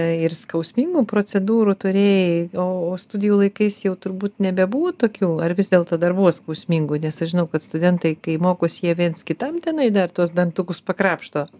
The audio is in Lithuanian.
ir skausmingų procedūrų turėjai o o studijų laikais jau turbūt nebebuvo tokių ar vis dėlto dar buvo skausmingų nes aš žinau kad studentai kai mokos jie viens kitam tenai dar tuos dantukus pakrapšto